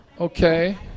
Okay